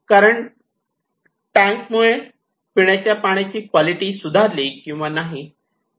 कारण टँक मुळे पिण्याच्या पाण्याची क्वालिटी सुधारली किंवा नाही